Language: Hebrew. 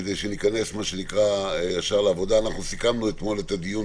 כדי שניכנס ישר לעבודה סיכמנו אתמול את הדיון,